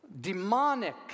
demonic